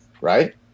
right